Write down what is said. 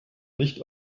nicht